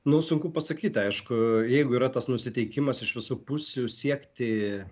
nu sunku pasakyti aišku jeigu yra tas nusiteikimas iš visų pusių siekti